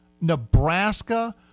Nebraska